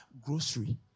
grocery